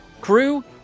Crew